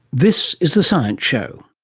this is the science show.